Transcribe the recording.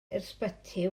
ysbyty